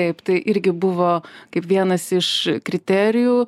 taip tai irgi buvo kaip vienas iš kriterijų